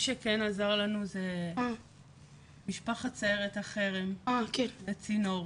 זה משפחת סיירת החרם, הצינור